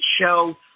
show